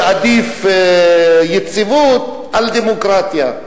שעדיף יציבות על דמוקרטיה.